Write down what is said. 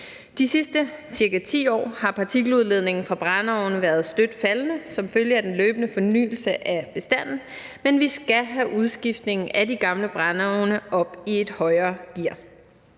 De sidste ca. 10 år har partikeludledningen fra brændeovne været støt faldende som følge af den løbende fornyelse af bestanden, men vi skal have udskiftningen af de gamle brændeovne op i et højere gear.